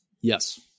Yes